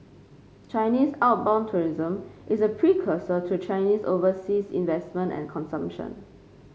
Chinese outbound tourism is a precursor to Chinese overseas investment and consumption